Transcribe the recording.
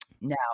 Now